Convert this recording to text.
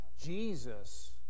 Jesus